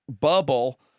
bubble